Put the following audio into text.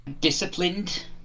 disciplined